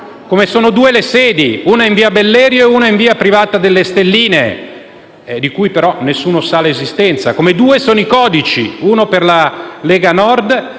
come sono due le sedi, una in via Bellerio e una in via Privata delle Stelline, di cui però nessuno sa dell'esistenza. Come due sono i codici - uno per la Lega Nord